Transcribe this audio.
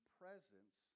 presence